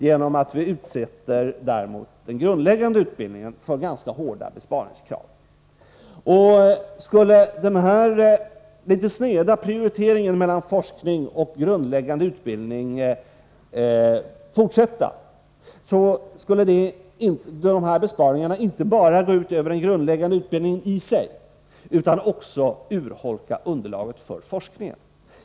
Den grundläggande högskoleutbildningen utsätts ju för ganska hårda besparingskrav. Skulle denna litet sneda prioritering mellan forskning och grundläggande utbildning fortsätta, skulle besparingarna inte bara gå ut över den grundläggande utbildningen i sig utan också urholka underlaget för forskningen.